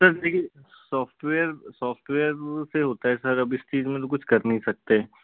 sir देखिये software software से होता है सर अब इस चीज़ में तो कुछ कर नहीं सकते